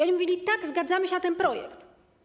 Oni mówili: tak, zgadzamy się na ten projekt.